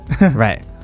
right